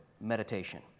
meditation